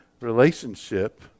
relationship